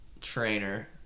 trainer